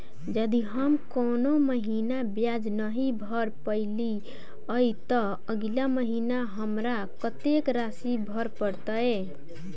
यदि हम कोनो महीना ब्याज नहि भर पेलीअइ, तऽ अगिला महीना हमरा कत्तेक राशि भर पड़तय?